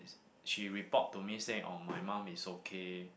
is she report to me say oh my mom is okay